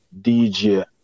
DJ